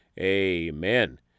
amen